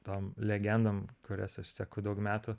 tom legendom kurias aš seku daug metų